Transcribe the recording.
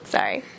Sorry